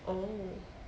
oh